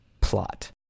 plot